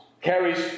carries